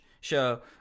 show